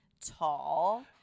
tall